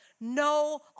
no